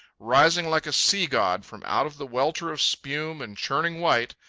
rising like a sea-god from out of the welter of spume and churning white,